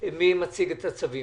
מי מציג את הצווים?